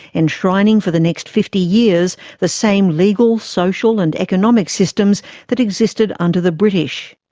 enshrining for the next fifty years the same legal, social and economic systems that existed under the british.